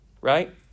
right